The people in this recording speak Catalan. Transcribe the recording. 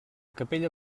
capella